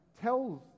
tells